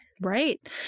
Right